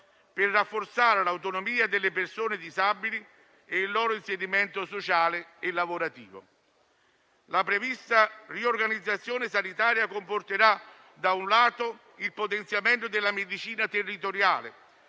a rafforzare l'autonomia delle persone disabili e il loro inserimento sociale e lavorativo. La prevista riorganizzazione sanitaria comporterà, da un lato, il potenziamento della medicina territoriale